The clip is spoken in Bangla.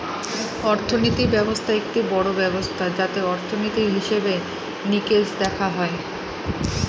অর্থনীতি ব্যবস্থা একটি বড়ো ব্যবস্থা যাতে অর্থনীতির, হিসেবে নিকেশ দেখা হয়